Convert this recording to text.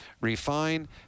refine